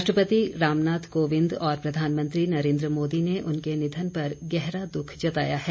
राष्ट्रपति रामनाथ कोविंद और प्रधानमंत्री नरेन्द्र मोदी ने उनके निधन पर गहरा दुख जताया है